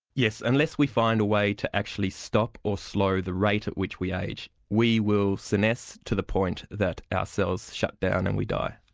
yes, unless we find a way to actually stop or slow the rate at which we age, we will senesce to the point that our cells shut down and we die.